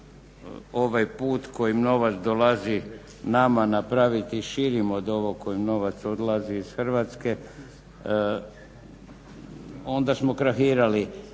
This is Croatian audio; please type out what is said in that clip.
ovaj put kojim novac dolazi nama napraviti širim od ovog kojim novac odlazi iz Hrvatske onda smo krahirali.